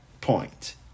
point